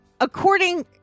according